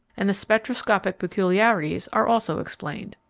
and the spectroscopic peculiarities are also explained.